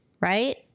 right